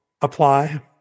apply